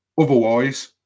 otherwise